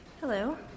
Hello